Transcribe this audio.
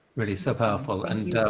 really, so powerful. and